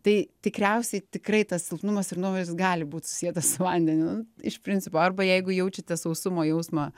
tai tikriausiai tikrai tas silpnumas ir nuovargis gali būt susietas su vandeniu iš principo arba jeigu jaučiate sausumo jausmą